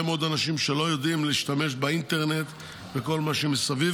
מאוד אנשים שלא יודעים להשתמש באינטרנט וכל מה שיש מסביב,